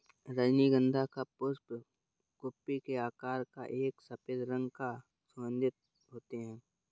रजनीगंधा का पुष्प कुप्पी के आकार का और सफेद रंग का सुगन्धित होते हैं